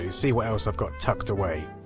see what i've got tucked away.